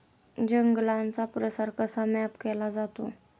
जंगलांचा प्रसार कसा मॅप केला जातो?